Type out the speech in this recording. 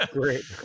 great